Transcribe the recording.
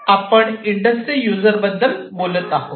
आपण industry user बद्दल बोलत आहोत